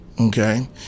Okay